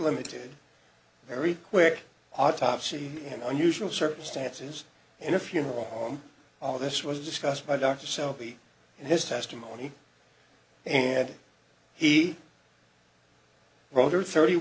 limited very quick autopsy and unusual circumstances in a funeral home all this was discussed by dr sophy and his testimony and he wrote her thirty